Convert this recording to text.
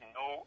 no